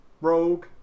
Rogue